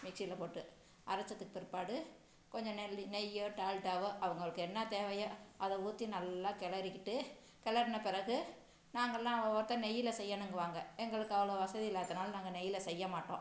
மிக்ஸியில் போட்டு அரைத்ததுக்கு பிற்பாடு கொஞ்சம் நெய்யோ டால்டாவோ அவங்களுக்கு என்ன தேவையோ அதை ஊற்றி நல்லா கிளறிகிட்டு கிளர்ன பிறகு நாங்கள்லாம் ஒவ்வொருத்தர் நெய்யில் செய்யணுங்குவாங்க எங்களுக்கு அவ்வளோ வசதி இல்லாததுனால நாங்கள் நெய்யில் செய்ய மாட்டோம்